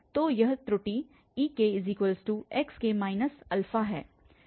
तो यह त्रुटि ex है